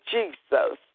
Jesus